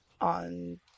on